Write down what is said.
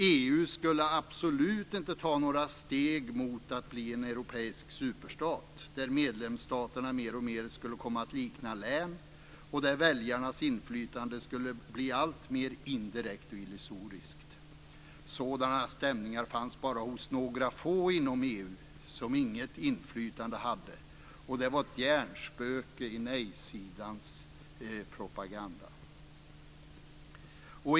EU skulle absolut inte ta några steg mot att bli en europeisk superstat, där medlemsstaterna mer och mer skulle komma att likna län och där väljarnas inflytande skulle bli alltmer indirekt och illusoriskt. Sådana stämningar fanns bara hos några få inom EU som inget inflytande hade, och det var ett hjärnspöke i nejsidans propaganda.